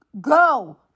Go